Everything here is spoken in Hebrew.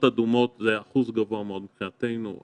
אדומות הוא אחוז גבוה מאוד מבחינתנו,